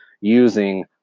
using